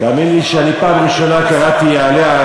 תאמין לי שאני פעם ראשונה קראתי עליה,